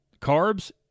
carbs